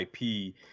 IP